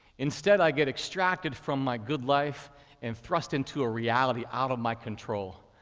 instead, i get extracted from my good life and thrust into a reality out of my control.